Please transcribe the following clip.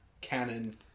canon